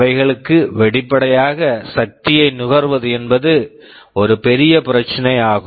அவைகளுக்கு வெளிப்படையாக சக்தியை நுகர்வது என்பது ஒரு பெரிய பிரச்சினை ஆகும்